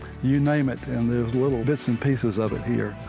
you name it and there's little bits and pieces of it here.